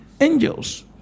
Angels